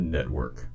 Network